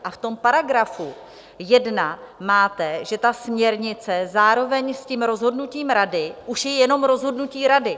A v tom § 1 máte, že ta směrnice zároveň s tím rozhodnutím Rady už je jenom rozhodnutí Rady.